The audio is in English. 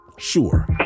sure